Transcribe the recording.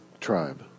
tribe